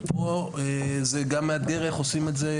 ופה זה גם מאתגר איך עושים את זה